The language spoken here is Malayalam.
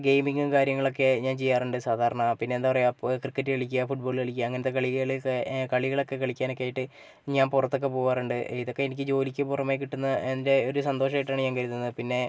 ഗെയിമിങ്ങും കാര്യങ്ങളൊക്കെ ഞാൻ ചെയ്യാറുണ്ട് സാധാരണ പിന്നെ എന്താ പറയാ പോയി ക്രിക്കറ്റ് കളിക്കുക ഫുട്ബോൾ കളിക്കുക അങ്ങനത്തെ കളികൾ കളികളൊക്കെ കളിക്കാൻ ഒക്കെ ആയിട്ട് ഞാൻ പുറത്തൊക്കെ പോകാറുണ്ട് ഇതൊക്കെ എനിക്ക് ജോലിക്ക് പുറമേ കിട്ടുന്ന എന്റെ ഒരു സന്തോഷം ആയിട്ടാണ് ഞാൻ കരുതുന്നത് പിന്നെ